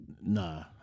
Nah